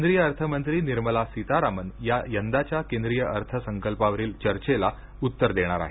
केंद्रीय अर्थमंत्री निर्मला सीतारामन या यंदाच्या केंद्रीय अर्थसंकल्पावरील चर्चेला उत्तर देणार आहेत